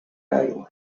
aigües